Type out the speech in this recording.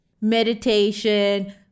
meditation